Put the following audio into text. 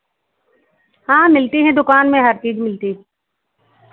हाँ मिलती हैं दुकान में हर चीज़ मिलती है